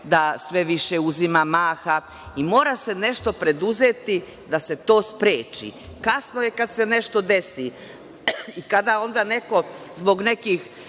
da sve više uzima maha. Mora se nešto preduzeti da se to spreči. Kasno je kada se nešto desi i kada neko zbog nekih